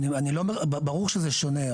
ברור שזה שונה,